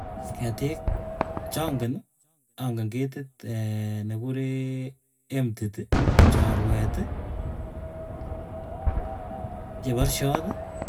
Ketik changeni angen ketit nekikuree emtiti, chorwet, cheparusyoti.